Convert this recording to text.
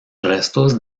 restos